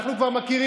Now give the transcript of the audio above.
אנחנו כבר מכירים.